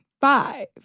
five